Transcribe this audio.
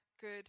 good